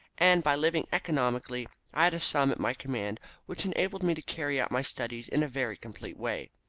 and by living economically i had a sum at my command which enabled me to carry out my studies in a very complete way.